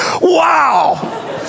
Wow